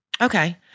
Okay